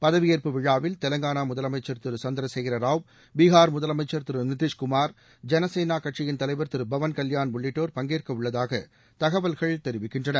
பதவியேற்படுவிழாவில் தெலங்கானா முதலமைச்சர் திரு சந்திர சேகர ராவ் பஃஹார் முதலமைச்சர் தி ந ிதிஷ்கு மார்ச் ஐன சேளா கட்சியின் தலைவர் திரு பவன் கல்யாண் உள்ளிட்டோர் பங்கேற்க உள்ளதாக தகவல்கள் தெரவிக்கின்றன